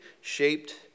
shaped